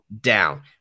down